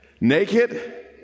naked